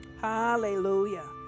hallelujah